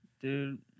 Dude